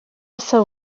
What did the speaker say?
asaba